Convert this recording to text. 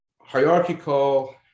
hierarchical